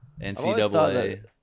NCAA